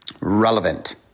relevant